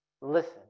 listen